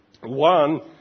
One